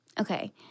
okay